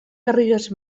garrigues